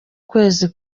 kwezi